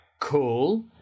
cool